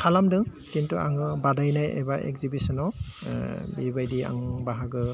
खालामदों खिनथु आङो बादायनाय एबा एक्जिबिसनाव बेबायदि आं बाहागो